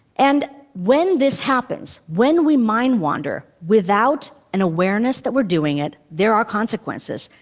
and when this happens, when we mind-wander without an awareness that we're doing it, there are consequences.